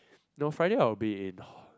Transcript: no Friday I will be in